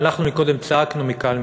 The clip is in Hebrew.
ואנחנו קודם צעקנו מכאן,